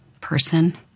person